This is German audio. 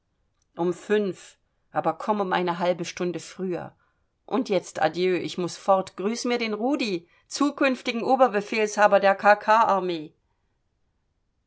um fünf aber komm um eine halbe stunde früher und jetzt adieu ich muß fort grüß mir den rudi zukünftigen oberbefehlshaber der k k armee